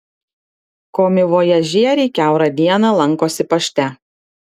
komivojažieriai kiaurą dieną lankosi pašte